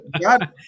God